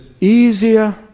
easier